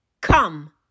come